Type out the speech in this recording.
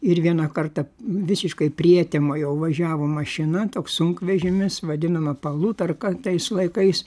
ir vieną kartą visiškoj prietemoj jau važiavo mašina toks sunkvežimis vadinama palutarka tais laikais